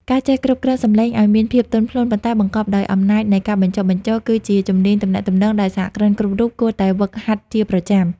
ការចេះគ្រប់គ្រងសម្លេងឱ្យមានភាពទន់ភ្លន់ ប៉ុន្តែបង្កប់ដោយអំណាចនៃការបញ្ចុះបញ្ចូល គឺជាជំនាញទំនាក់ទំនងដែលសហគ្រិនគ្រប់រូបគួរតែហ្វឹកហាត់ជាប្រចាំ។